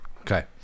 okay